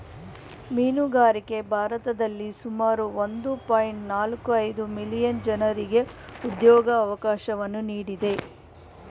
ಮೀನುಗಾರಿಕೆ ಭಾರತದಲ್ಲಿ ಸುಮಾರು ಒಂದು ಪಾಯಿಂಟ್ ನಾಲ್ಕು ಐದು ಮಿಲಿಯನ್ ಜನರಿಗೆ ಉದ್ಯೋಗವಕಾಶವನ್ನು ನೀಡಿದೆ